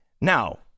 Now